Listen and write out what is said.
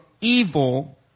evil